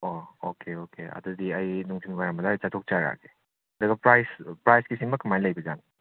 ꯑꯣ okay okay ꯑꯗꯨꯗꯤ ꯑꯩ ꯅꯨꯡꯊꯤꯜꯋꯥꯏꯔꯝ ꯑꯗ꯭ꯋꯥꯏ ꯆꯠꯊꯣꯛꯆꯔꯛꯑꯒꯦ ꯑꯗꯨꯒ ꯄ꯭ꯔꯥꯏꯁ ꯄ꯭ꯔꯥꯏꯁꯀꯤꯁꯤꯃ ꯀꯃꯥꯏꯅ ꯂꯩꯕꯖꯥꯠꯅꯣ